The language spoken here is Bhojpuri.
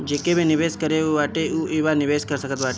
जेके भी निवेश करे के बाटे उ इहवा निवेश कर सकत बाटे